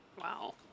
Wow